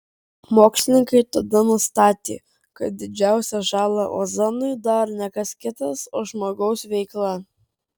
mokslininkai tada nustatė kad didžiausią žalą ozonui daro ne kas kitas o žmogaus veikla